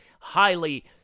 highly-